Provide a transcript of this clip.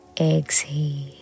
Exhale